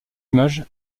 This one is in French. images